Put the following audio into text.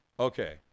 Okay